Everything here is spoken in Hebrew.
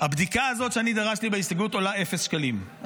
הבדיקה הזאת שאני דרשתי בהסתייגות עולה אפס שקלים,